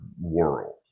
world